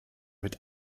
mit